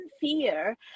fear